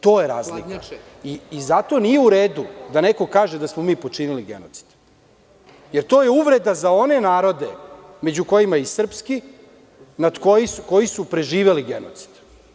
To je razlika i zato nije uredu da neko kaže da smo mi počinili genocid, jer to je uvreda za one narode, među kojima je i srpski koji su preživeli genocid.